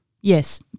Yes